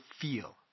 feel